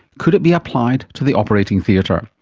could it be applied to the operating theatre?